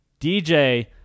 DJ